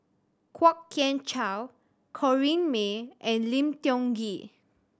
Kwok Kian Chow Corrinne May and Lim Tiong Ghee